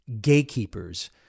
gatekeepers